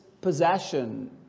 possession